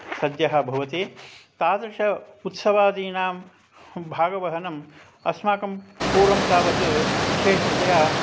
सद्यः भवति तादृश उत्सवादीनां भागवहनम् अस्माकं पूर्वं तावत् विशेषतया